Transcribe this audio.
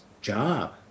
job